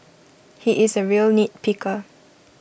he is A real nitpicker